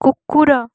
କୁକୁର